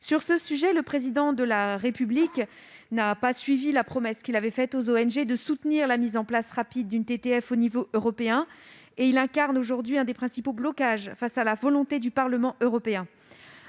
négligeables. Le Président de la République n'a pas honoré sa promesse faite aux ONG de soutenir la mise en place rapide d'une TTF au niveau européen. Il incarne aujourd'hui l'un des principaux blocages face à la volonté du Parlement européen.